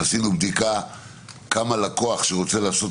עשינו בדיקה כמה פעמים לקוח שרוצה לעשות